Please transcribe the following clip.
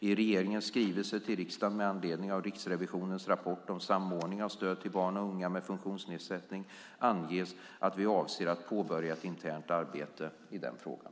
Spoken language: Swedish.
I regeringens skrivelse till riksdagen med anledning av Riksrevisionens rapport om samordning av stöd till barn och unga med funktionsnedsättning anges att vi avser att påbörja ett internt arbete i frågan.